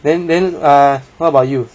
then then err what about you